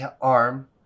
arm